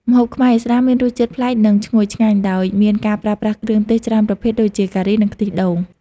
ម្ហូបខ្មែរឥស្លាមមានរសជាតិប្លែក និងឈ្ងុយឆ្ងាញ់ ដោយមានការប្រើប្រាស់គ្រឿងទេសច្រើនប្រភេទដូចជា ការី និងខ្ទិះដូង។